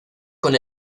con